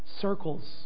circles